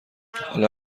حالا